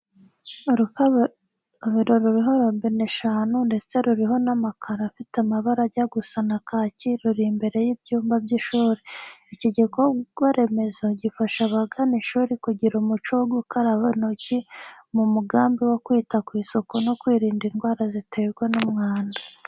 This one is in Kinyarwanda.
Urukarabiro ruriho robine eshanu ndetse ruriho n'amakaro afite amabara ajya gusa na kakiruri imbere y'ibyumba by'ishuri. Iki gikorwa remezo gifasha abagana ishuri kugira umuco wo gukaraba intoki mu mugambi wo kwita ku isuku no kwirinda indwara ziterwa n'umwanda.